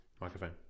microphone